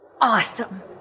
Awesome